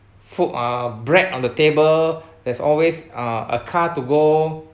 food uh bread on the table there's always uh a car to go